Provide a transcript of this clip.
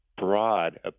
broad